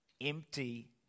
empty